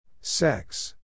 Sex